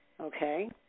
okay